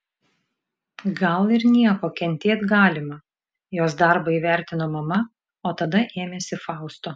gal ir nieko kentėt galima jos darbą įvertino mama o tada ėmėsi fausto